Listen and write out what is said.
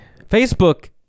Facebook